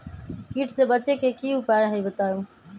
कीट से बचे के की उपाय हैं बताई?